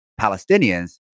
Palestinians